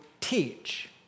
teach